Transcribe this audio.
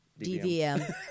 DVM